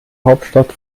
hauptstadt